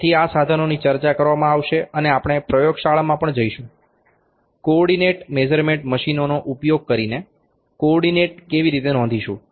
તેથી આ સાધનોની ચર્ચા કરવામાં આવશે અને આપણે પ્રયોગશાળામાં પણ જઈશું કોઓર્ડીનેટ મેઝરમેન્ટ મશીનોનો ઉપયોગ કરીને કોઓર્ડીનેટ કેવી રીતે નોંધશું